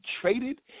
traded